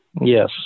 Yes